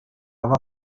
aber